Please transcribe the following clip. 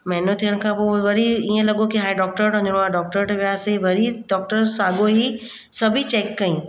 महिनो थियण खां पोइ वरी ईअं लॻो की हाणे डॉक्टर वटि वञिणो आहे डॉक्टर ते वियासीं वरी डॉक्टर साॻियो ई सभेई चैक कयईं